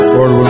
Lord